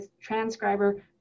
transcriber